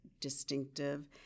distinctive